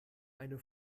eine